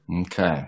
Okay